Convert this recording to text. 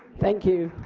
thank you.